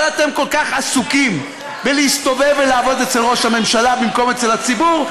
אבל אתם כל כך עסוקים בלהסתובב ולעבוד אצל ראש הממשלה במקום אצל הציבור,